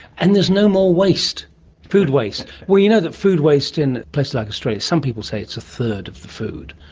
and there's no more food waste. well, you know that food waste in places like australia, some people say it's a third of the food.